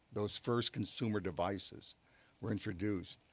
those first consumer devices were introduced,